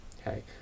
Okay